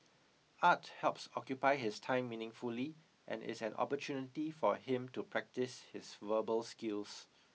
art helps occupy his time meaningfully and is an opportunity for him to practise his verbal skills